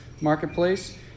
marketplace